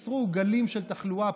צריך לחנך דרך תרבות, אמרה השרה.